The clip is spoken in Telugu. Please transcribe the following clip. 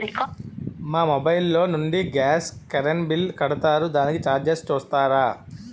మా మొబైల్ లో నుండి గాస్, కరెన్ బిల్ కడతారు దానికి చార్జెస్ చూస్తారా?